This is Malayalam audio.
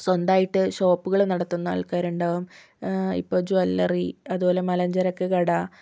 സ്വന്തമായിട്ട് ഷോപ്പുകൾ നടത്തുന്ന ആൾക്കാരുണ്ടാകും ഇപ്പോൾ ജ്വല്ലറി അതുപോലെ മലഞ്ചരക്ക് കട